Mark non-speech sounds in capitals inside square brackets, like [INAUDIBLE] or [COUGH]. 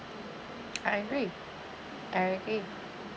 [NOISE] I agree I agree